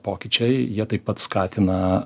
pokyčiai jie taip pat skatina